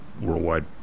worldwide